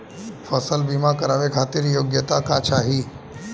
फसल बीमा करावे खातिर योग्यता का चाही?